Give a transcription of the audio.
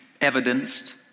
evidenced